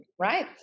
Right